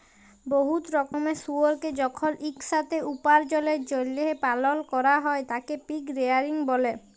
বহুত রকমের শুয়রকে যখল ইকসাথে উপার্জলের জ্যলহে পালল ক্যরা হ্যয় তাকে পিগ রেয়ারিং ব্যলে